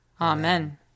Amen